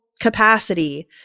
capacity